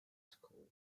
school